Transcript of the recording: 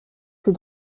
que